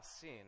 sin